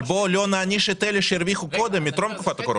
אבל בוא לא נעניש את אלה שהרוויחו קודם טרם תקופת הקורונה.